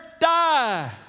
die